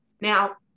Now